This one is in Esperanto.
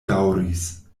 daŭris